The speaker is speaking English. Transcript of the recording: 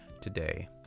today